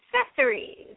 accessories